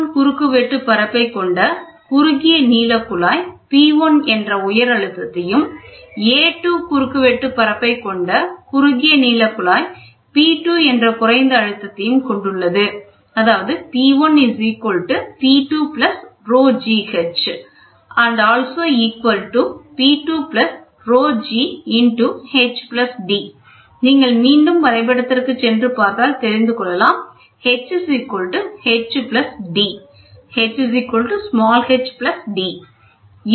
A1 குறுக்கு வெட்டு பரப்பை கொண்ட குறுகிய நீள குழாய் P1 என்ற உயர் அழுத்தத்தையும் A2 குறுக்கு வெட்டு பரப்பை கொண்ட குறுகிய நீள குழாய் P2 என்ற குறைந்த அழுத்தத்தையும் கொண்டுள்ளது நீங்கள் மீண்டும் வரைபடத்திற்கு சென்று பார்த்தால் தெரிந்து கொள்ளலாம் H h d